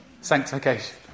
Sanctification